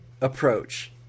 approach